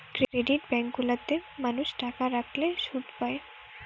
credit bank গুলা তে মানুষ টাকা রাখলে শুধ পায়